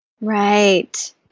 Right